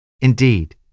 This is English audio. indeed